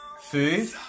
food